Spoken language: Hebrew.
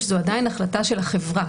שזו עדיין החלטה של החברה.